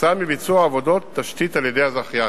עקב ביצוע עבודות תשתית על-ידי הזכיין.